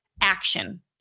action